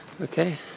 okay